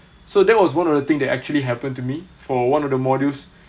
so that was one of the thing that actually happened to me for one of the modules